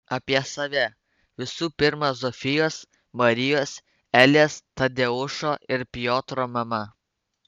apie save visų pirma zofijos marijos elės tadeušo ir piotro mama